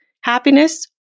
happiness